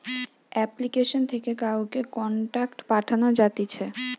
application থেকে কাউকে contact পাঠানো যাতিছে